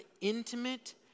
intimate